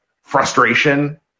frustration